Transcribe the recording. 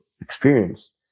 experience